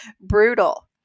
brutal